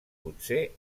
potser